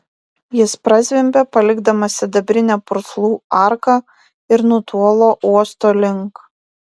jis prazvimbė palikdamas sidabrinę purslų arką ir nutolo uosto link